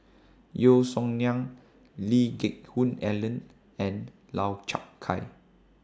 Yeo Song Nian Lee Geck Hoon Ellen and Lau Chiap Khai